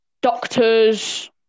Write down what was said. doctors